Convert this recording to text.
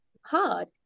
hard